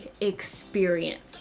experience